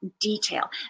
Detail